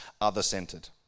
other-centered